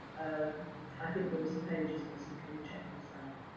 ah i think there are some pages missing, can you check this out.